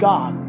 God